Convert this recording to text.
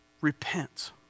Repent